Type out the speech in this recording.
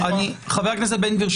חבר הכנסת בן גביר,